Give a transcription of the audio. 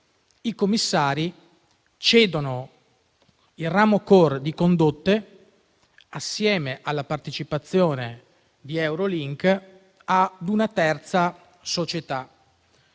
i commissari hanno ceduto il ramo *core* di Condotte assieme alla partecipazione di Eurolink a una terza società.